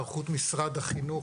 היערכות משרד החינוך